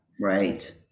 right